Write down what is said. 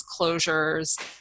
closures